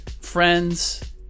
Friends